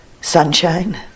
sunshine